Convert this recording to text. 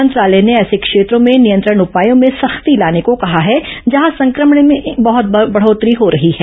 मंत्रालय ने ऐसे क्षेत्रों में नियंत्रण उपायों में सख्ती लाने को कहा है जहां संक्रमण में बहत बढोतरी हो रही हो